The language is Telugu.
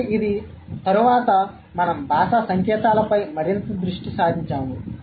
కాబట్టి ఇది చాలా తరువాత మనం భాషా సంకేతాలపై మరింత దృష్టి సారించాము